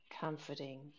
comforting